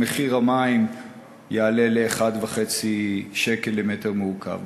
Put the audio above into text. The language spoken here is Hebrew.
מחיר המים יעלה ל-1.5 שקל למטר מעוקב.